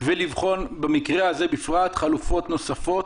ולבחון במקרה הזה בפרט חלופות נוספות.